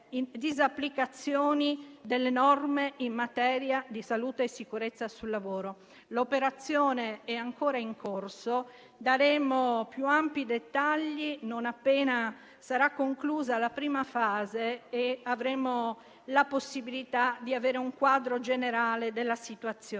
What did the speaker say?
disapplicazioni delle norme in materia di salute e sicurezza sul lavoro. L'operazione è ancora in corso; daremo più ampi dettagli non appena sarà conclusa la prima fase e avremo la possibilità di avere un quadro generale della situazione.